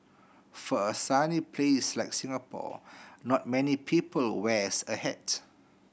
for a sunny place like Singapore not many people wear a hat